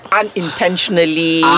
unintentionally